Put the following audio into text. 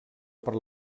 per